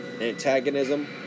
antagonism